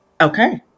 Okay